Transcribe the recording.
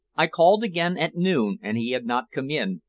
i called again at noon, and he had not come in,